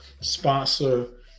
sponsor